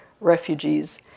refugees